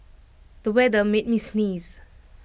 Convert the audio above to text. the weather made me sneeze